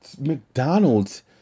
McDonald's